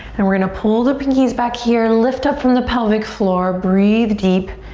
then we're gonna pull the pinkies back here. lift up from the pelvic floor. breathe deep.